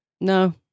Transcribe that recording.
No